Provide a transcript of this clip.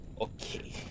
Okay